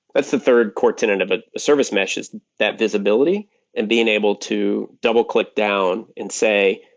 that's the third core tenant of a service mesh is that visibility and being able to double click down and say,